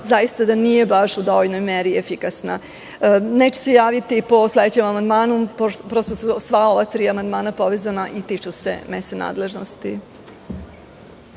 zaista nije baš u dovoljnoj meri efikasna. Neću se javiti po sledećem amandmanu, pošto su sva ova tri amandmana povezana i tiču se mesne nadležnosti.